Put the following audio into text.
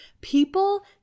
people